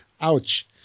Ouch